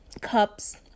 cups